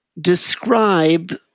describe